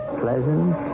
pleasant